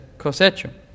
cosecho